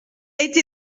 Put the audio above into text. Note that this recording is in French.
été